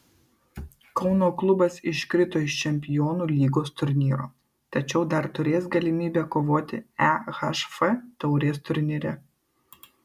kauno klubas iškrito iš čempionų lygos turnyro tačiau dar turės galimybę kovoti ehf taurės turnyre